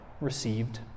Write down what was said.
received